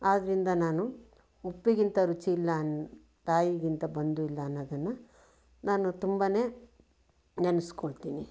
ಆದ್ದರಿಂದ ನಾನು ಉಪ್ಪಿಗಿಂತ ರುಚಿಯಿಲ್ಲ ಅನ್ ತಾಯಿಗಿಂತ ಬಂಧುವಿಲ್ಲ ಅನ್ನೋದನ್ನು ನಾನು ತುಂಬನೇ ನೆನೆಸಿಕೊಳ್ತೀನಿ